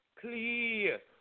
clear